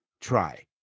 try